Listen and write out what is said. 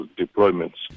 deployments